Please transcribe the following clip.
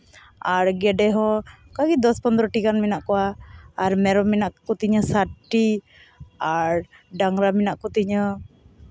ᱟᱨ ᱜᱮᱰᱮ ᱦᱚᱸ ᱚᱝᱠᱟ ᱜᱮ ᱫᱚᱥ ᱯᱚᱸᱫᱽᱨᱚᱴᱤ ᱜᱟᱱ ᱢᱮᱱᱟᱜ ᱠᱚᱣᱟ ᱟᱨ ᱢᱮᱨᱚᱢ ᱢᱮᱱᱟᱜ ᱠᱚᱛᱤᱧᱟ ᱥᱟᱴ ᱴᱤ ᱟᱨ ᱰᱟᱝᱨᱟ ᱢᱮᱱᱟᱜ ᱠᱚᱛᱤᱧᱟ